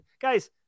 guys